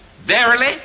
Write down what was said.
Verily